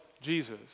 Jesus